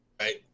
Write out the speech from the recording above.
Right